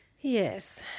Yes